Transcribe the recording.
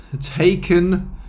taken